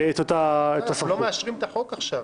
לא מאשרים את החוק עכשיו.